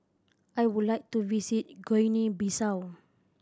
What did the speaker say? I would like to visit Guinea Bissau